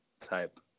type